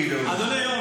אדוני היו"ר,